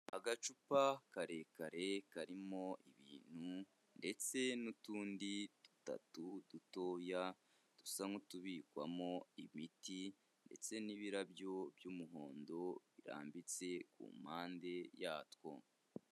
Agacupa karekare karimo ibintu ndetse n'utundi dutatu dutoya, dusa nk'utubikwamo imiti ndetse n'ibirabyo by'umuhondo birambitse ku mpande yatwo.